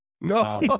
No